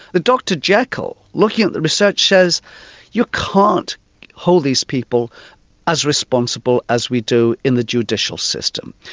the dr jekyll looking at the research says you can't hold these people as responsible as we do in the judicial system.